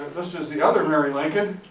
this is the other mary lincoln,